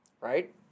right